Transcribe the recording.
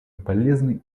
полезные